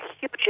huge